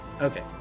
Okay